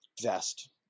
vest